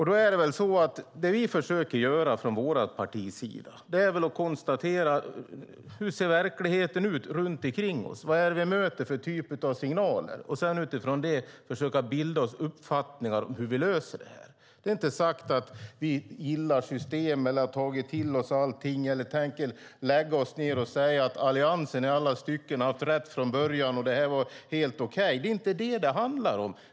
Då är det väl så att det vi från vårt partis sida försöker göra är att konstatera hur verkligheten runt omkring oss ser ut - vad det är för typ av signaler vi möter - och sedan utifrån detta försöka bilda oss uppfattningar om hur vi löser detta. Det är inte sagt att vi gillar system, har tagit till oss allting eller tänker lägga oss ned och säga att Alliansen i alla stycken har haft rätt från början och att detta var helt okej. Det är inte vad det handlar om.